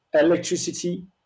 Electricity